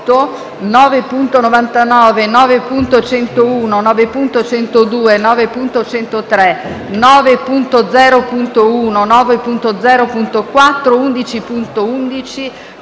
9.99, 9.101, 9.102, 9.103, 9.0.1, 9.0.4, 11.11,